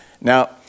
Now